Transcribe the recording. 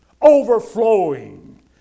Overflowing